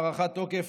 הארכת תוקף),